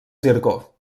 zircó